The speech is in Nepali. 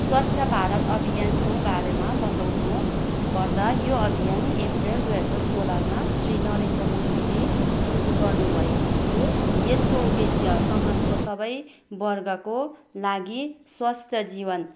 स्वच्छ भारत अभियानको बारेमा बताउनु पर्दा यो अभियान अप्रिल दुई हजार सोह्रमा श्री नरेन्द्र मोदीले सुरु गर्नु भएको थियो यसको उद्देश्य समाजको सबै वर्गको लागि स्वास्थ्य जीवन